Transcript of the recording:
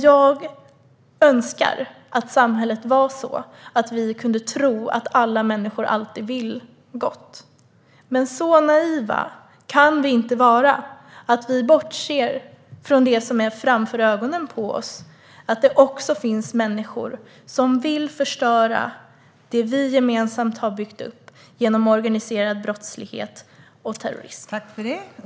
Jag önskar att samhället var sådant att vi kunde tro att alla människor alltid vill göra gott. Men vi kan inte vara så naiva att vi bortser från det som finns framför ögonen på oss. Det finns också människor som, genom organiserad brottslighet och terrorism, vill förstöra det som vi gemensamt har byggt upp.